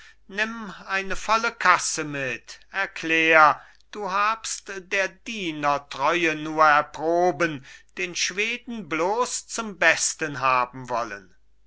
nimm eine volle kasse mit erklär du habst der diener treue nur erproben den schweden bloß zum besten haben wollen